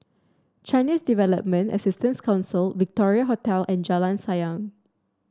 Chinese Development Assistance Council Victoria Hotel and Jalan Sayang